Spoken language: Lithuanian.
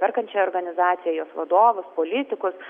perkančią organizaciją jos vadovus politikus